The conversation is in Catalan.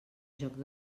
joc